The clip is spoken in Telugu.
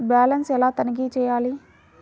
బ్యాలెన్స్ ఎలా తనిఖీ చేయాలి?